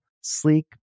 sleek